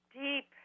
deep